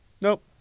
Nope